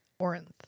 Orinth